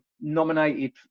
nominated